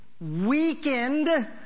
weakened